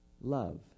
love